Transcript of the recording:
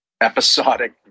episodic